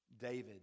David